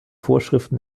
vorschriften